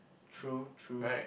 true true